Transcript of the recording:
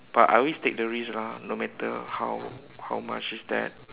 but I always take the risk lah no matter how how much is that